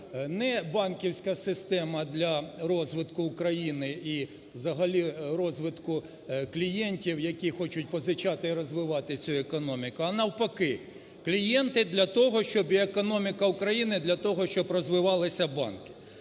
не банківська система для розвитку України і взагалі розвитку клієнтів, які хочуть позичати і розвивати цю економіку, а навпаки, клієнти для того, щоб і економіка України, для того, щоб розвивалися банки.